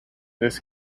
this